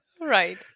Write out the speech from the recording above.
right